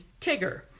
Tigger